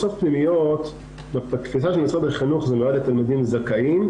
בפנימיות --- של משרד החינוך נועד לתלמידים זכאים.